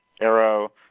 arrow